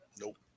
Nope